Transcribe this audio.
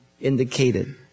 indicated